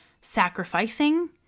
sacrificing